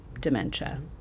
dementia